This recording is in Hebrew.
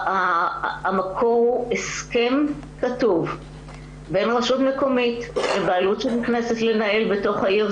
המקור הוא הסכם כתוב בין רשות מקומית לבעלות שנכנסת לנהל בתוך העיר.